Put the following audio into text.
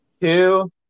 Two